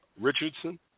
Richardson